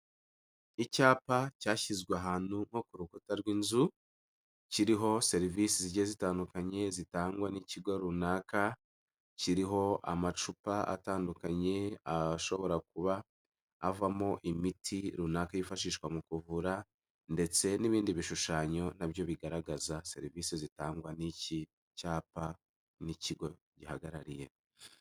Icyapa cyashyizwe ahantu nko ku rukuta rw'inzu, kiriho serivisi zijyiye zitandukanye zitangwa n'ikigo runaka, kiriho amacupa atandukanye ashobora kuba avamo imiti runaka yifashishwa mu kuvura ndetse n'ibindi bishushanyo na byo bigaragaza serivisi zitangwa n'iki cyapa n'ikigo gihagarariye.